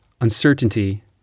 uncertainty